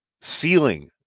ceiling